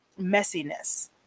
messiness